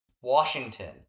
Washington